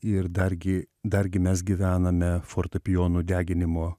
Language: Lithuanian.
ir dargi dargi mes gyvename fortepijonų deginimo